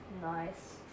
Nice